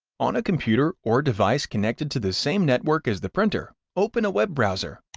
on a computer or device connected to the same network as the printer, open a web browser,